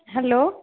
hello